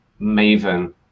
Maven